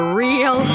real